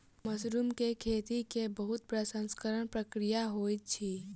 mushroom के खेती के बहुत प्रसंस्करण प्रक्रिया होइत अछि